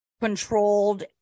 controlled